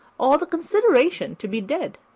or the consideration to be dead.